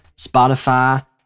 Spotify